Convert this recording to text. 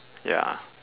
ya